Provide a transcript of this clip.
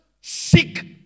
seek